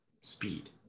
speed